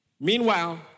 Meanwhile